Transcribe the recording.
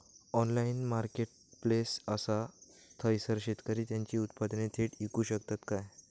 Online marketplace असा थयसर शेतकरी त्यांची उत्पादने थेट इकू शकतत काय?